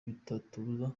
bitatubuza